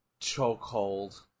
chokehold